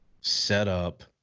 setup